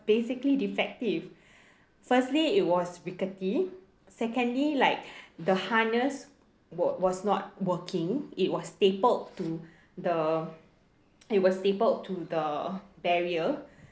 basically defective firstly it was rickety secondly like the harness were was not working it was stapled to the it was stapled to the barrier